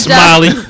Smiley